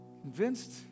convinced